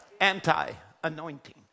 anti-anointing